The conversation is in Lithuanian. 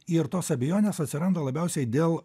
ir tos abejonės atsiranda labiausiai dėl